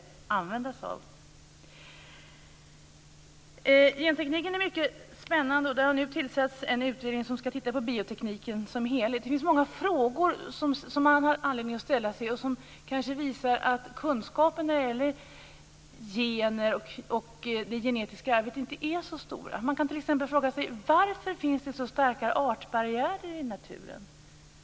Gentekniken är mycket spännande. Nu har en utredning tillsatts för att titta på biotekniken som helhet. Man har anledning att ställa många frågor, något som kanske visar att kunskapen om gener och det genetiska arvet inte är så stor. Man kan t.ex. fråga sig varför det finns så starka artbarriärer i naturen.